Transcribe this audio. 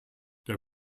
der